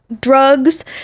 drugs